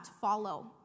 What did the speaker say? follow